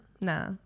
Nah